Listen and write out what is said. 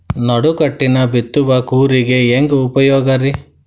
ನಡುಕಟ್ಟಿನ ಬಿತ್ತುವ ಕೂರಿಗೆ ಹೆಂಗ್ ಉಪಯೋಗ ರಿ?